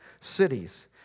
cities